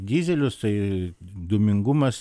dyzelius tai dūmingumas